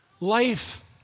Life